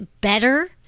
better